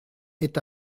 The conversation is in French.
est